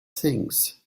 things